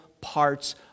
parts